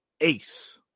ace